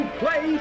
play